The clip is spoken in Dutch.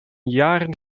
jaren